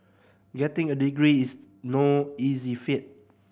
getting a degree is no easy feat